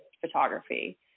photography